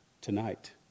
tonight